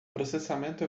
processamento